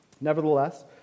Nevertheless